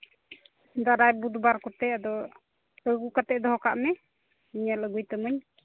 ᱫᱟᱨᱟᱭ ᱵᱩᱫᱷᱵᱟᱨ ᱠᱚᱛᱮ ᱟᱫᱚ ᱟᱹᱜᱩ ᱠᱟᱛᱮᱫ ᱫᱚᱦᱚ ᱠᱟᱜ ᱢᱮ ᱧᱮᱞ ᱟᱹᱜᱩᱭ ᱛᱟᱢᱟᱧ